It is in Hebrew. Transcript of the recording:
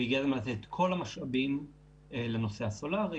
וצריך להפנות את כל המשאבים לנושא הסולארי,